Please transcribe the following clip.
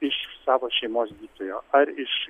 iš savo šeimos gydytojo ar iš